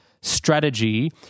strategy